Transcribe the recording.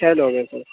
چھ لوگ ہیں سر